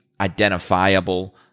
identifiable